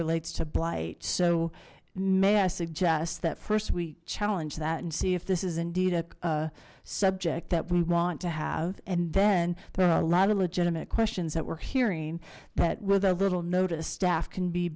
relates to blight so may i suggest that first we challenge that and see if this is indeed a subject that we want to have and then there are a lot of legitimate questions that we're hearing that with a little notice staff can be